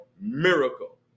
miracle